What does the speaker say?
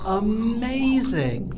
amazing